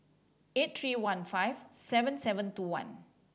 eight three one five seven seven two one